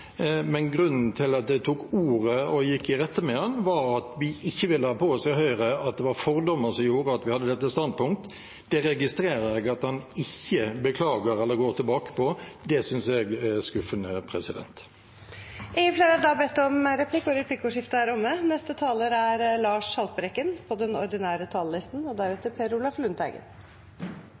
Grunnen til at jeg tok ordet og gikk i rette med ham, var at vi i Høyre ikke vil ha på oss at det var fordommer som gjorde at vi hadde dette standpunkt. Det registrerer jeg at han ikke beklager eller går tilbake på, og det synes jeg er skuffende. Replikkordskiftet er omme. I en årrekke har den norske stat undertrykt vår egen urbefolkning, samene. De har blitt fratatt sitt språk og sin rett til å utøve sin kultur og